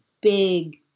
big